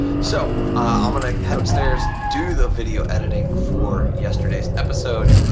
so i'm going to head upstairs do the video editing for yesterday's episode,